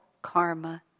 karma